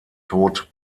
tod